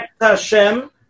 Hashem